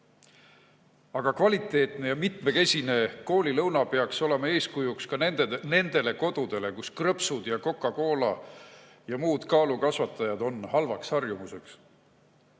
Aga kvaliteetne ja mitmekesine koolilõuna peaks olema eeskujuks ka nendele kodudele, kus krõpsud ja kokakoola ja muud kaalukasvatajad on halvaks harjumuseks. Laste